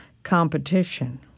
competition